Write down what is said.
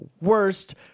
worst